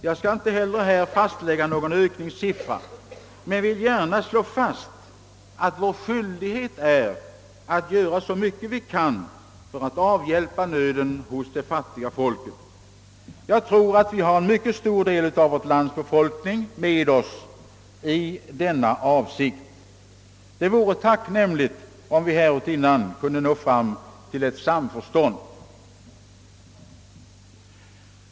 Jag skall heller inte här fastlägga någon ökningssiffra, men vill gärna slå fast att vår skyldighet är att göra så mycket vi kan för att avhjälpa nöden hos de fattiga folken. Jag tror att vi har en mycket stor del av vårt lands befolkning med oss i denna avsikt. Det vore tacknämligt om vi härutinnan kunde nå ett samförstånd.